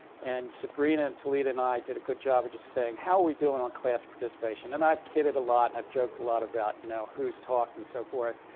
and sabrina and thalita and i did a good job of just saying, how are we doing on class participation? and i've kidded a lot, and i've joked a lot about you know who's talked and so forth.